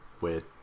weird